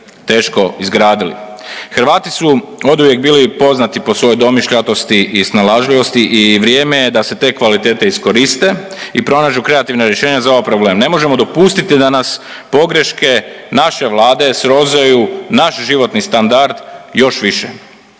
Hrvati su oduvijek bili poznati po svojoj domišljatosti i snalažljivosti i vrijeme je da se te kvalitete iskoriste i pronađu kreativna rješenja za ovaj problem. Ne možemo dopustiti da nas pogreške naše Vlade srozaju naš životni standard još više.